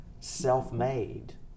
self-made